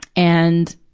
and,